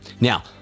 Now